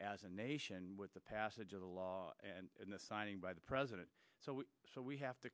as a nation with the passage of the law and the signing by the president so so we have to